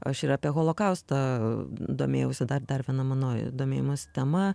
aš ir apie holokaustą domėjausi dar dar viena mano domėjimosi tema